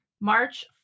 March